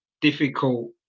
difficult